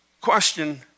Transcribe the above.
Question